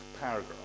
paragraph